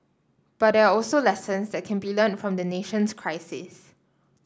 but there are also lessons that can be learnt from the nation's crisis